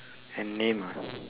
and name ah